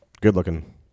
good-looking